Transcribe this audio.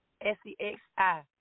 S-E-X-I